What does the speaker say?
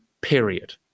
period